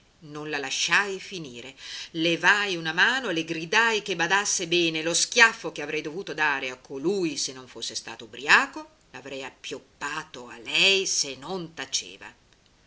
non la lasciai finire levai una mano le gridai che badasse bene lo schiaffo che avrei dovuto dare a colui se non fosse stato ubriaco l'avrei appioppato a lei se non taceva